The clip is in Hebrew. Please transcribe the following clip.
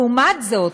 לעומת זאת,